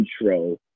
intro